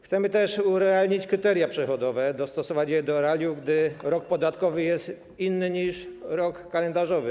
Chcemy też urealnić kryteria przychodowe, dostosować je do realiów, gdy rok podatkowy jest inny niż rok kalendarzowy.